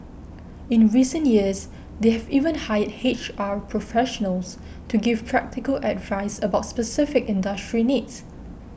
in recent years they have even hired H R professionals to give practical advice about specific industry needs